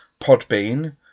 Podbean